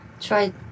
try